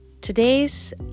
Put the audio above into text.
Today's